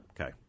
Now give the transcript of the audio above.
Okay